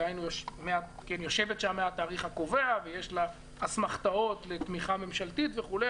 דהיינו יושבת שם מהתאריך הקובע ויש לה אסמכתאות לתמיכה ממשלתית וכו'.